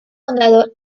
condado